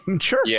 Sure